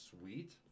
sweet